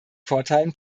vorteilen